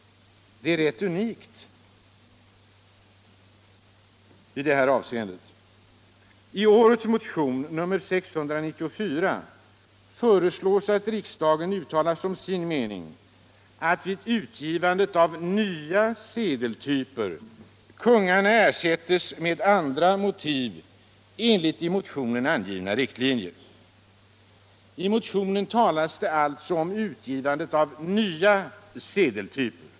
Det är rätt unikt i det här avseendet. I årets motion, nr 694, föreslås att riksdagen uttalar som sin mening att vid utgivandet av nya sedeltyper kungarna ersätts med andra motiv, enligt i motionen angivna riktlinjer. I motionen talas det alltså om utgivandet av nya sedeltyper.